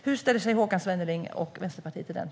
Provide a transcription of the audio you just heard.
Hur ställer sig Håkan Svenneling och Vänsterpartiet till detta?